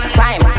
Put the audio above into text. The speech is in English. time